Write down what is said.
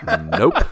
nope